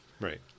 Right